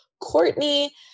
courtney